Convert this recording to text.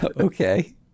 Okay